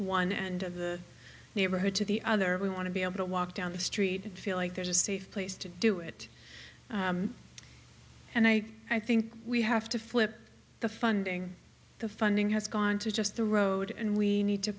one end of the neighborhood to the other we want to be able to walk down the street and feel like there's a safe place to do it and i i think we have to flip the funding the funding has gone to just the road and we need to